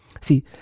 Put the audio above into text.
See